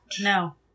No